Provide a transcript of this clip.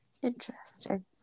Interesting